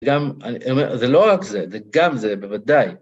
גם, זה לא רק זה, זה גם זה בוודאי.